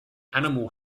animal